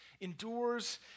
endures